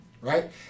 right